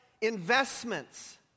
investments